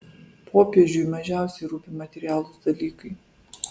popiežiui mažiausiai rūpi materialūs dalykai